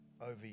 over